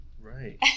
Right